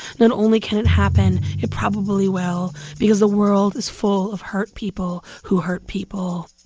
not only can it happen, it probably will because the world is full of hurt people who hurt people.